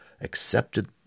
accepted